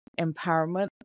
empowerment